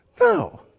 No